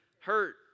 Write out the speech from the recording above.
hurt